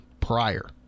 Prior